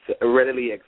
readily